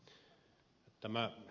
tämä ed